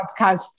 podcast